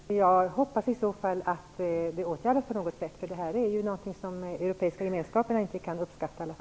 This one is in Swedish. Herr talman! Jag hoppas i så fall att detta på något sätt kommer att åtgärdas. Detta är väl något som i varje fall inte de europeiska gemenskaperna kan uppskatta.